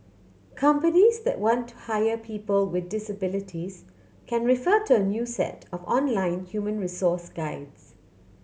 companies that want to hire people with disabilities can refer to a new set of online human resource guides